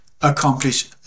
accomplish